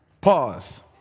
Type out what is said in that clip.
Pause